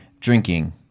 drinking